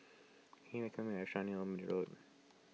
recommend me a restaurant near Old Middle Road